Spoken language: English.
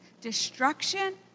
destruction